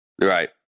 Right